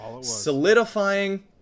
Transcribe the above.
solidifying